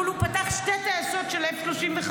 אבל הוא פתח שתי טייסות של F-35,